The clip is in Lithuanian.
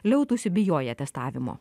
liautųsi bijoję testavimo